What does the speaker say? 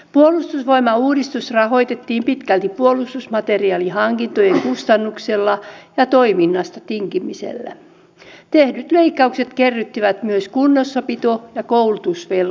avoimuus ei ole minkään yksittäisen hallituksen asia vaan perusarvo ja toimintamalli jonka pitäisi kantaa hallituskaudelta toiselle